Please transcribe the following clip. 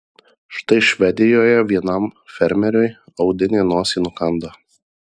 štai švedijoje vienam fermeriui audinė nosį nukando